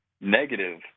negative